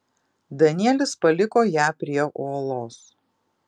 danielis paliko ją prie uolos